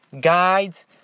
guides